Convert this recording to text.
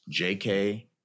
JK